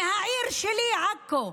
מהעיר שלי, עכו,